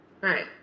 right